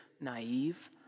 naive